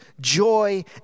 joy